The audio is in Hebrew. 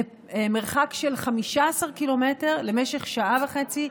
למרחק של 15 ק"מ למשך שעה וחצי.